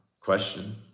question